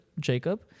Jacob